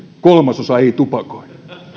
kolmasosa ei tupakoi